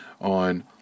on